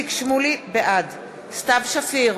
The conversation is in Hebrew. בעד סתיו שפיר,